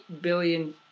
billion